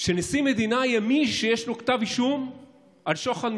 שנשיא מדינה יהיה מי שיש לו כתב אישום על שוחד,